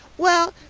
well,